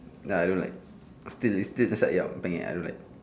ya I don't like still it still nasi ayam penyet I don't like